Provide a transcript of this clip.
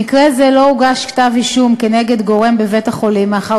במקרה זה לא הוגש כתב-אישום כנגד גורם בבית-החולים מאחר